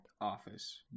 Office